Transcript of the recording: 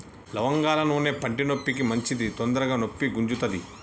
లవంగాల నూనె పంటి నొప్పికి మంచిది తొందరగ నొప్పి గుంజుతది